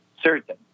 certain